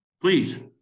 Please